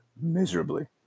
miserably